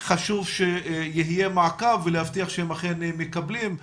חשוב שיהיה מעקב ולהבטיח שהם אכן מקבלים.